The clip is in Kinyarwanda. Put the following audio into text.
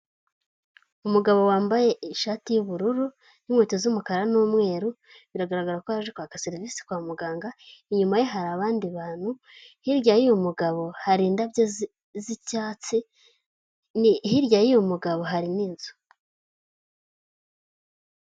Umugabo wambaye ishati y'ubururu n'inkweto z'umukara n'umweru, biragaragara ko yaje kwaka serviisi kwa muganga, inyuma ye hari abandi bantu hirya y'uyu mugabo hari indabyo z'icyatsi hirya y'uyu mugabo harimo inzu.